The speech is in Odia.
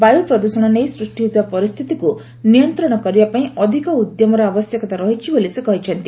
ବାୟୁ ପ୍ରଦୃଷଣ ନେଇ ସୃଷ୍ଟି ହୋଇଥିବା ପରିସ୍ଥିତିକୁ ନିୟନ୍ତ୍ରଣ କରିବାପାଇଁ ଅଧିକ ଉଦ୍ୟମର ଆବଶ୍ୟକତା ରହିଛି ବୋଲି ହସେ କହିଛନ୍ତି